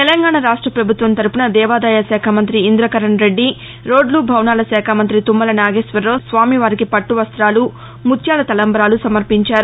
తెలంగాణ రాష్ట్ర ప్రభుత్వం తరఫున దేవాదాయ శాఖ మంత్రి ఇంద్రకరణ్ రెడ్డి రోడ్లు భవనాల శాఖ మంతి తుమ్మల నాగేశ్వరరావు స్వామివారికి పట్టవస్తాలు ముత్యాల తలంబ్రాలు సమర్పించారు